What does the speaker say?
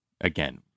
Again